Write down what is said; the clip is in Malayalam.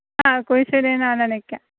ആ കുരിശടിയിൽനിന്ന് വന്ന് നിൽക്കാം